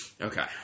Okay